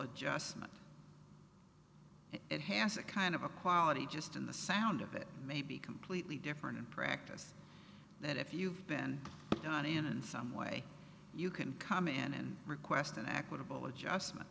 adjustment and it has a kind of a quality just in the sound of it may be completely different in practice that if you've been done in and some way you can come in and request an equitable adjustment